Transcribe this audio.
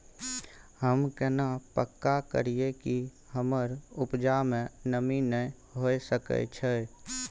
हम केना पक्का करियै कि हमर उपजा में नमी नय होय सके छै?